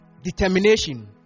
Determination